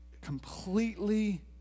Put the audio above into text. completely